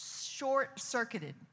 short-circuited